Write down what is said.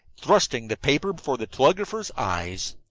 thrusting the paper before the telegrapher's eyes.